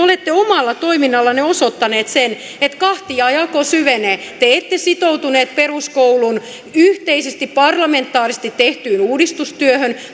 olette omalla toiminnallanne osoittaneet sen että kahtiajako syvenee te ette sitoutuneet peruskoulun yhteisesti parlamentaarisesti tehtyyn uudistustyöhön